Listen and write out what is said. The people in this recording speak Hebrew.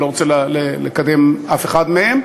אני לא רוצה לקדם אף אחד מהם,